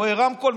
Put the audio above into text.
רואה רמקול,